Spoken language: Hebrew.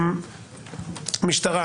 משטרה